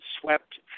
swept